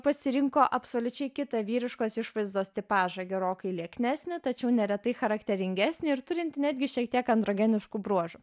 pasirinko absoliučiai kitą vyriškos išvaizdos tipažą gerokai lieknesnį tačiau neretai charakteringesnį ir turintį netgi šiek tiek androginiškų bruožų